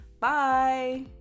Bye